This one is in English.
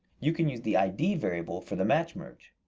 you can use the id variable for the match-merge.